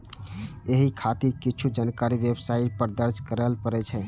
एहि खातिर किछु जानकारी वेबसाइट पर दर्ज करय पड़ै छै